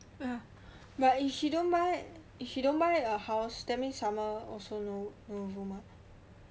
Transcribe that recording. ya but if she don't buy if she don't buy a house that means summer also no room [what]